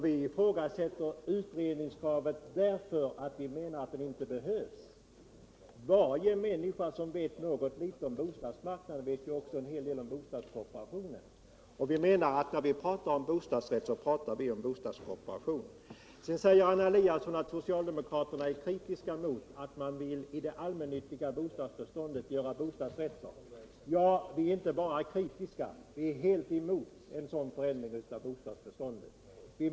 Vi ifrågasätter utredningskravet därför att vi menar att en utredning inte behövs. Varje människa som vet något litet om bostadsmarknaden vet också en hel del om bostadskooperationen. När vi pratar om bostadsrätt pratar vi om bostadskooperationen. Sedan sade Anna Eliasson att socialdemokraterna är kritiska mot att man vill göra bostadsrätter i det allmännyttiga bostadsbeståndet. Ja, vi är inte bara kritiska — vi är helt emot en sådan förändring av bostadsbeståndet.